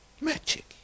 Magic